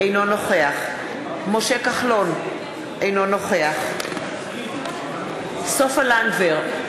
אינו נוכח משה כחלון, אינו נוכח סופה לנדבר,